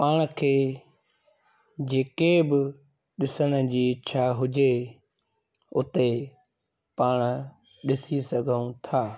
पाण खे जेके बि ॾिसण जी इच्छा हुजे उते पाण ॾिसी सघूं था